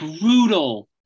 brutal